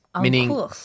meaning